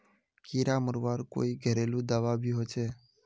कीड़ा मरवार कोई घरेलू दाबा भी होचए?